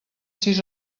sis